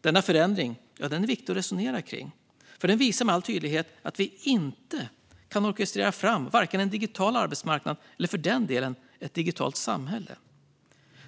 Denna förändring är viktig att resonera om, för den visar med all tydlighet att vi inte kan orkestrera fram vare sig en digital arbetsmarknad eller för den delen ett digitalt samhälle.